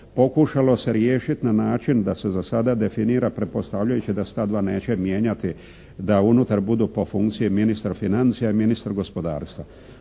pokušalo se riješiti na način da se za sada definira pretpostavljajući da se ta dva neće mijenjati, da unutar budu po funkciji ministar financija i ministar gospodarstva.